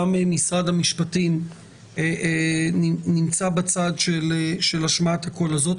משרד המשפטים נמצאים בצד של השמעת הקול הזה.